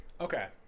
Okay